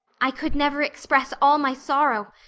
i could never express all my sorrow,